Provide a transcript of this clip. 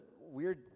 weird